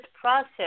process